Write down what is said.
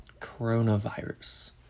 Coronavirus